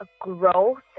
growth